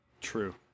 True